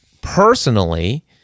personally